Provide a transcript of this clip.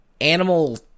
Animal